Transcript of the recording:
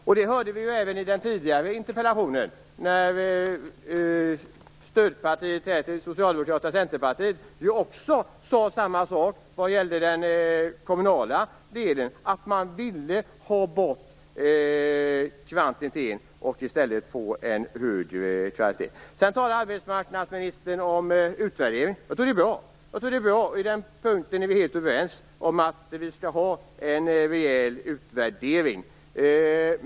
Vi hörde ju även i den tidigare interpellationsdebatten, där stödpartiet till Socialdemokraterna - Centerpartiet - sade samma sak vad gällde den kommunala delen, nämligen att man vill ha bort kvantiteten och i stället få en högre kvalitet. Arbetsmarknadsministern talade om att det görs en utvärdering. Jag tycker att det är bra. Vi är helt överens om att det skall göras en rejäl utvärdering.